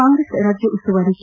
ಕಾಂಗ್ರೆಸ್ ರಾಜ್ಯ ಉಸ್ತುವಾರಿ ಕೆ